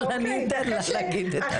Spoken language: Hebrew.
אבל אני אתן לה להגיד את הדברים.